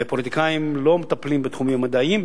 ופוליטיקאים לא מטפלים בתחומים המדעיים,